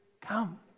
come